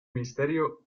misterio